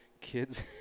kids